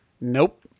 Nope